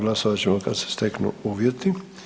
Glasovat ćemo kad se steknu uvjeti.